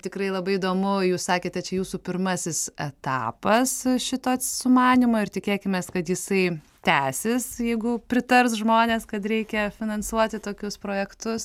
tikrai labai įdomu jūs sakėte čia jūsų pirmasis etapas šito sumanymo ir tikėkimės kad jisai tęsis jeigu pritars žmonės kad reikia finansuoti tokius projektus